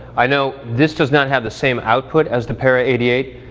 i know this does not have the same output as the para eighty eight.